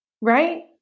right